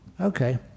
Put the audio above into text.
Okay